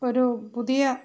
ഒരു പുതിയ